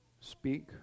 speak